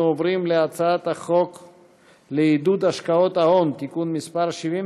חברי הכנסת, 19 בעד, אין